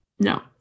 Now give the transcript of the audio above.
No